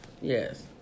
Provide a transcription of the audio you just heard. Yes